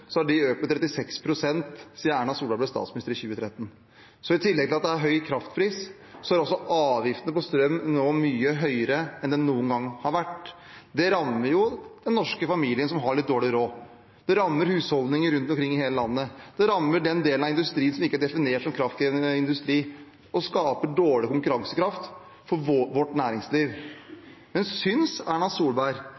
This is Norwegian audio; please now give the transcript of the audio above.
Så i tillegg til at det er høy kraftpris, er avgiftene på strøm nå mye høyere enn de noen gang har vært. Det rammer norske familier som har litt dårlig råd. Det rammer husholdninger rundt omkring i hele landet. Det rammer den delen av industrien som ikke er definert som kraftkrevende industri, og skaper dårlig konkurransekraft for vårt næringsliv.